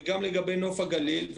וגם לגבי נוף הגליל.